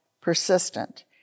persistent